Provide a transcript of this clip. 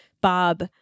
Bob